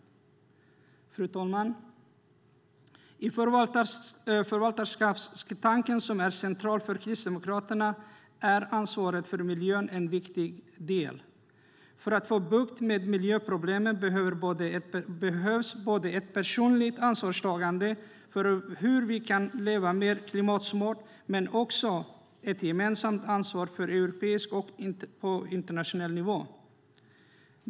Fru talman! I förvaltarskapstanken, som är central för Kristdemokraterna, är ansvaret för miljön en viktig del. För att få bukt med miljöproblemen behövs både ett personligt ansvarstagande för hur vi kan leva mer klimatsmart och ett gemensamt ansvar på europeisk och internationell nivå.